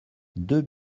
deux